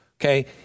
Okay